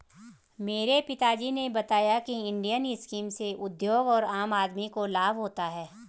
मेरे पिता जी ने बताया की इंडियन स्कीम से उद्योग और आम आदमी को लाभ होता है